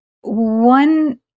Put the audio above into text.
one